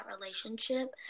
relationship